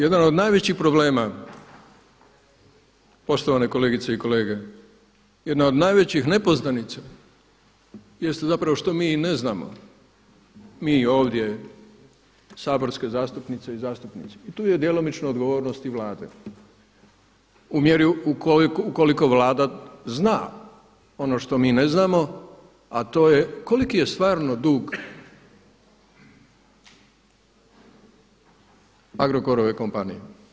Jedan od najvećih problema poštovane kolegice i kolege, jedna od najvećih nepoznanica jeste zapravo što mi i ne znamo, mi ovdje saborske zastupnice i zastupnici i tu je djelomična odgovornost i Vlade u mjeri ukoliko Vlada zna ono što mi ne znamo, a to je koliki je stvarno dug Agrokorove kompanije.